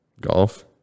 golf